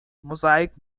mosaic